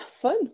fun